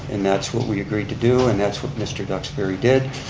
and that's what we agreed to do and that's what mr. duxbury did.